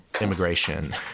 immigration